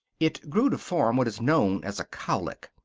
it grew to form what is known as a cowlick.